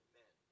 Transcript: men